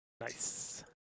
Nice